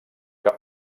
que